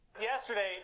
Yesterday